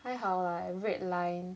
还好啦 red line